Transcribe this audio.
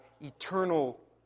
eternal